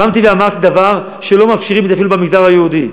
קמתי ואמרתי דבר שלא מאפשרים את זה אפילו במגזר היהודי,